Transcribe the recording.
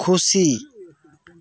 ᱠᱷᱩᱥᱤ